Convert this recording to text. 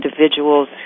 individuals